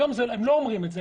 היום הם לא אומרים את זה,